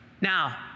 Now